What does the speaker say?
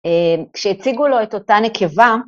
כשהציגו לו את אותה נקבה